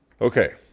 Okay